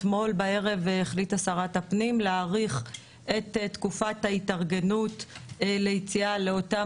אתמול בערב החליטה שרת הפנים להאריך את תקופת ההתארגנות ליציאה לאותם